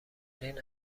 این